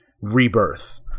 rebirth